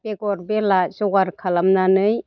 बेगर बेला जगार खालामनानै